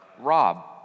Rob